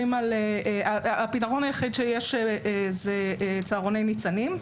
הפתרון היחיד זה צהרוני ניצנים,